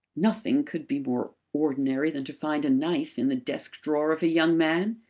nothing could be more ordinary than to find a knife in the desk-drawer of a young man!